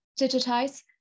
digitize